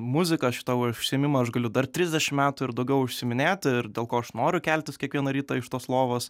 muzika šitą užsiėmimą aš galiu dar trisdešimt metų ir daugiau užsiiminėti ir dėl ko aš noriu keltis kiekvieną rytą iš tos lovos